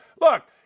Look